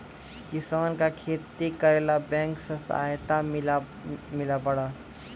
किसान का खेती करेला बैंक से सहायता मिला पारा?